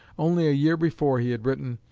only a year before he had written,